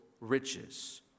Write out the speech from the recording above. riches